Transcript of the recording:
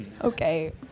Okay